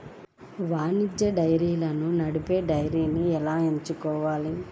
వాణిజ్య డైరీలను నడిపే డైరీని ఎలా ఎంచుకోవాలి?